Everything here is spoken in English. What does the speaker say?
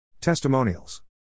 Testimonials